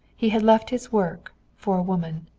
he had left his work for a woman.